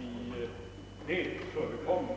vi vet förekommer.